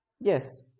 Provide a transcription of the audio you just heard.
yes